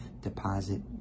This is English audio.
deposit